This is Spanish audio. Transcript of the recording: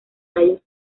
tallos